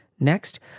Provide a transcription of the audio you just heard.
Next